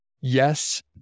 Yes